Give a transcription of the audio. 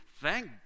thank